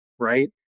right